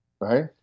Right